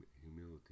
humility